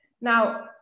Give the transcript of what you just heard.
Now